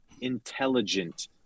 intelligent